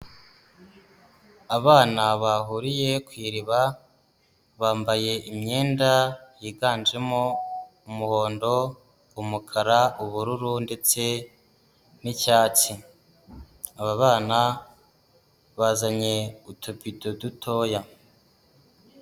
Abana bahuriye ku iriba, bambaye imyenda yiganjemo, umuhondo, umukara, ubururu ndetse n'icyatsi, aba bana bazanye utubido dutoya.